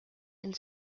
and